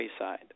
Rayside